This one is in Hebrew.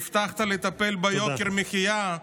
הבטחת לטפל ביוקר המחיה,